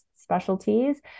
specialties